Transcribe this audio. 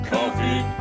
Coffee